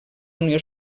unió